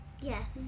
yes